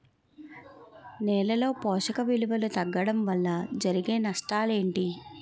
నేలలో పోషక విలువలు తగ్గడం వల్ల జరిగే నష్టాలేంటి?